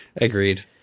agreed